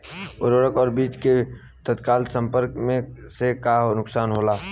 उर्वरक और बीज के तत्काल संपर्क से का नुकसान होला?